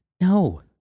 No